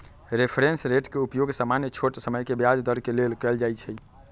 reference rate के उपयोग सामान्य छोट समय के ब्याज दर के लेल कएल जाइ छइ